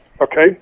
okay